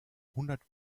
hundert